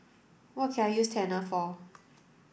what can I use Tena for